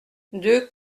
deux